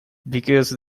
because